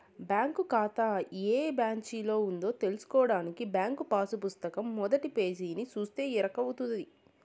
bank కాతా ఏ బ్రాంచిలో ఉందో తెల్సుకోడానికి బ్యాంకు పాసు పుస్తకం మొదటి పేజీని సూస్తే ఎరకవుతది